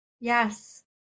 Yes